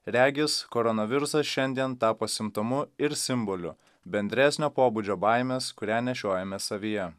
regis koronavirusas šiandien tapo simptomu ir simboliu bendresnio pobūdžio baimės kurią nešiojame savyje